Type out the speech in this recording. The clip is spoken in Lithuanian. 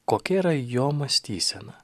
kokia yra jo mąstysena